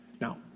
Now